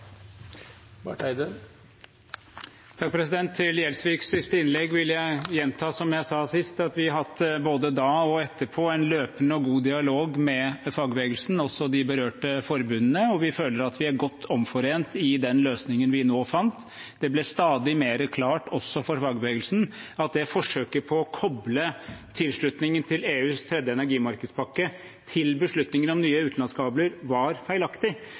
Til Gjelsviks siste innlegg vil jeg gjenta, som jeg sa sist, at vi har hatt, både da og etterpå, en løpende og god dialog med fagbevegelsen, også de berørte forbundene, og vi føler at vi er godt omforent i den løsningen vi nå fant. Det ble stadig mer klart også for fagbevegelsen at forsøket på å koble tilslutningen til EUs tredje energimarkedspakke til beslutningen om nye utenlandskabler var feilaktig.